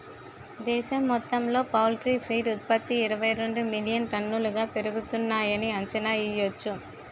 దేశం మొత్తంలో poultry feed ఉత్త్పతి ఇరవైరెండు మిలియన్ టన్నులుగా పెరుగుతున్నాయని అంచనా యెయ్యొచ్చు